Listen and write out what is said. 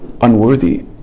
unworthy